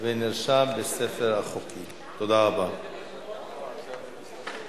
אנחנו עוברים להצבעה על ההסתייגויות לסעיף השני של חבר הכנסת דב